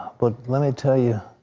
but, let me tell you,